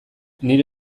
nire